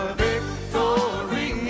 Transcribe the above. victory